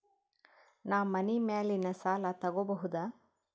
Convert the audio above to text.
ನಾ ಮನಿ ಮ್ಯಾಲಿನ ಸಾಲ ತಗೋಬಹುದಾ?